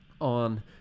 on